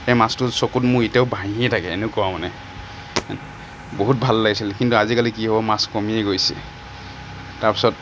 সেই মাছটো চকুত মোৰ এতিয়াও ভাঁহিয়ে থাকে এনেকুৱা মানে বহুত ভাল লাগিছিল কিন্তু আজিকালি কি হ'ব মাছ কমিয়ে গৈছে তাৰপিছত